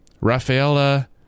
Rafaela